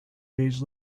days